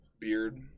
Beard